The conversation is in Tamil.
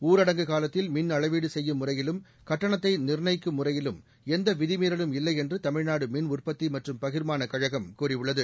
ஊரடங்கு காலத்தில் மின்அளவீடு செய்யும் முறையிலும் கட்டணத்தை நிர்ணயிக்கும் முறையிலும் எந்த விதிமீறலும் இல்லை என்று தமிழ்நாடு மின்உற்பத்தி மற்றும் பகிர்மானக் கழகம் கூறியுள்ளது